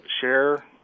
share